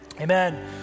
Amen